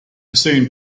scene